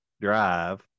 Drive